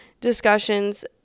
discussions